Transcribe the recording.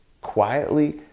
quietly